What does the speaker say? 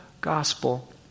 gospel